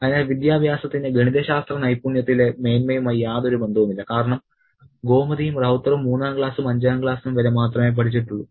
അതിനാൽ വിദ്യാഭ്യാസത്തിന് ഗണിതശാസ്ത്ര നൈപുണ്യത്തിലെ മേന്മയുമായി യാതൊരു ബന്ധവുമില്ല കാരണം ഗോമതിയും റൌത്തറും മൂന്നാം ക്ലാസും അഞ്ചാം ക്ലാസും വരെ മാത്രമേ പഠിച്ചിട്ടുള്ളൂ